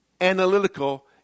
analytical